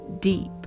deep